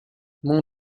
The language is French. mon